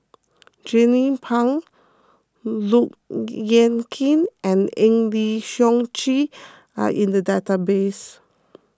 Jernnine Pang Look Yan Kit and Eng Lee Seok Chee are in the database